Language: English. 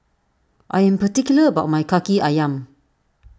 I am particular about my Kaki Ayam